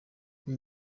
uyu